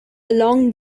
along